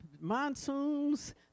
monsoons